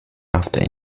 after